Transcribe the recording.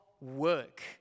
work